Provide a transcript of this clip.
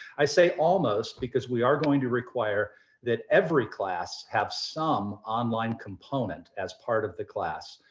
i say almost because we are going to require that every class have some online component as part of the class.